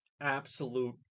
absolute